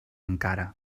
encara